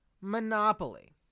monopoly